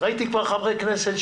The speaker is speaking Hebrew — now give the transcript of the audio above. ראיתי כבר חברי כנסת,